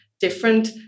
different